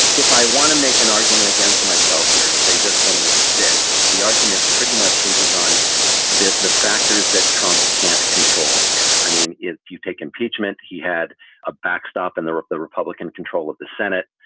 if i want to make an argument against myself here and say this one will stick, the argument pretty much hinges on the the factors that trump can't control here. i mean, if you take impeachment, he had a backstop in the the republican control of the senate.